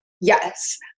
Yes